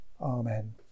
amen